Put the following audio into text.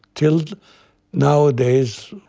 till nowadays,